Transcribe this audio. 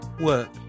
Work